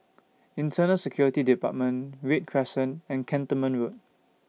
Internal Security department Read Crescent and Cantonment Road